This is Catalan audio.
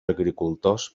agricultors